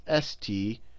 st